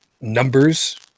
numbers